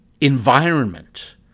environment